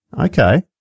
Okay